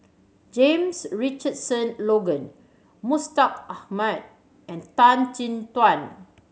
James Richardson Logan Mustaq Ahmad and Tan Chin Tuan